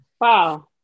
Wow